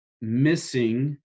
missing